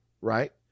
right